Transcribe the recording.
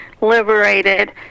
liberated